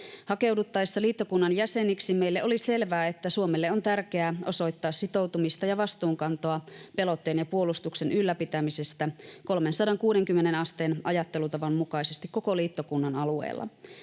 Hakeuduttaessa liittokunnan jäseneksi meille oli selvää, että Suomelle on tärkeää osoittaa sitoutumista ja vastuunkantoa pelotteen ja puolustuksen ylläpitämisestä 360 asteen ajattelutavan mukaisesti koko liittokunnan alueella.